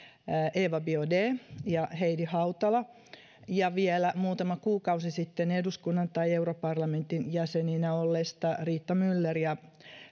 eva biaudet ja heidi hautala ja vielä muutama kuukausi sitten eduskunnan tai europarlamentin jäseninä olleista riitta myller ja